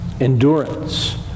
endurance